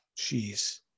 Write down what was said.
Jeez